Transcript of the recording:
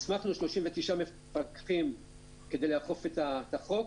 הסמכנו 39 מפקחים כדי לאכוף את החוק